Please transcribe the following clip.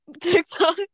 TikTok